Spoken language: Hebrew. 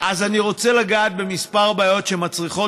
אז אני רוצה לגעת בכמה בעיות שמצריכות